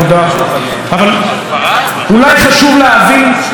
אבל אולי חשוב להבין מהי הבעיה,